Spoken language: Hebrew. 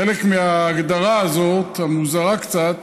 חלק מההגדרה הזאת, המוזרה-קצת,